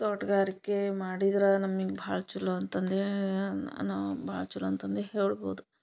ತೋಟಗಾರಿಕೆ ಮಾಡಿದರ ನಮಗ್ ಭಾಳ್ ಚಲೋ ಅಂತಂದೇ ನಾವು ಭಾಳ್ ಚಲೋ ಅಂತಂದೆ ಹೇಳ್ಬೋದು